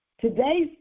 Today's